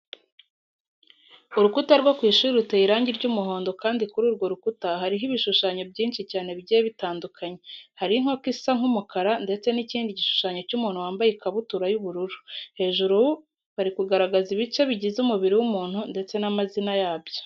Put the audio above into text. Urukuta rwo ku ishuri ruteye irangi ry'umuhondo kandi kuri urwo rukuta hariho ibishushanyo byinshi cyane bigiye bitandukanye, hariho inkoko isa nk'umukara ndetse n'ikindi gishushanyo cy'umuntu wambaye ikabutura y'ubururu, hejuru bari kugaragaza ibice bigize umubiri w'umuntu ndetse n'amazina yabyo.